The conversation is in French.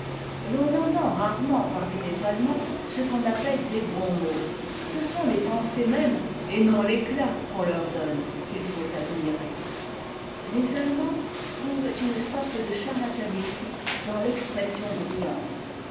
l'on entend rarement parmi les allemands ce qu'on appelle des bons mots ce sont les pensées mêmes et non l'éclat qu'on leur donne qu'il faut admirer les allemands trouvent une sorte de charlatanisme dans l'expression brittante